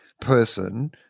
person